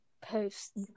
post